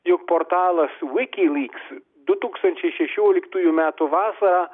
jog portalas wiki liks du tūkstančiai šešioliktųjų metų vasarą